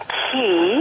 key